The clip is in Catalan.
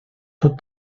tot